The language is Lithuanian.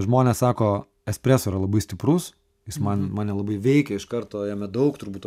žmonės sako espreso yra labai stiprus jis man mane labai veikia iš karto jame daug turbūt to